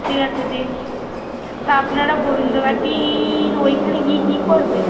ঠিক আছে দিন তা আপনারা গোবিন্দবাটির ওইখানে গিয়ে কী করবেন